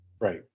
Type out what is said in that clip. Right